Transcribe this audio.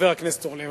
חבר הכנסת אורלב.